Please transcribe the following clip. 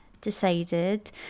decided